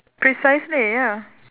precisely ya